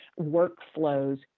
workflows